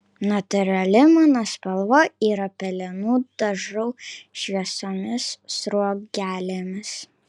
natūrali mano spalva yra pelenų dažau šviesiomis sruogelėmis